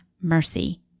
mercy